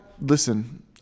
Listen